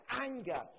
anger